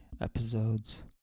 episodes